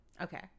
Okay